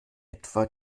etwa